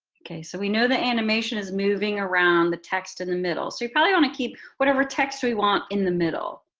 okay, so we know that animation is moving around the text in the middle. so you probably want to keep whatever text we want in the middle,